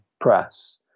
press